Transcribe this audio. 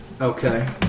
Okay